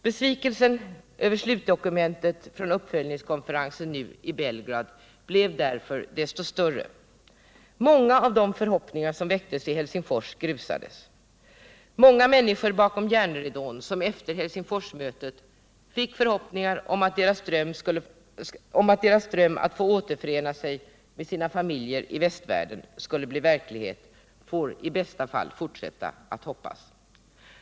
Besvikelsen över slutdokumentet från uppföljningskonferensen i Belgrad blev därför så mycket större. Många av de förhoppningar som väcktes i Helsingfors grusades, många människor bakom järnridån, som efter Helsingforsmötet hyste förhoppningar om att deras dröm att kunna återförena sig med sina familjer i västvärlden skulle bli verklighet får i bästa fall fortsätta att hoppas.